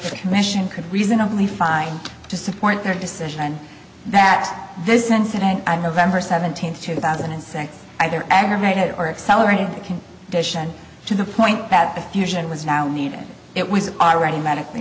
the commission could reasonably find to support her decision and that this incident i'm november seventeenth two thousand and six either aggravated or accelerated can dition to the point that the fusion was now needed it was already medically